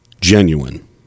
genuine